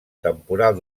temporal